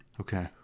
Okay